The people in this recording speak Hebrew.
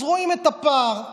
אז רואים את הפער.